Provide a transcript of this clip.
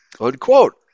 unquote